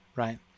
Right